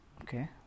Okay